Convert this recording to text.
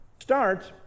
starts